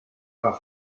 haga